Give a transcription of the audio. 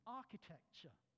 architecture